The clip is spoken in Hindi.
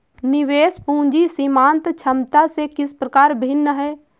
निवेश पूंजी सीमांत क्षमता से किस प्रकार भिन्न है?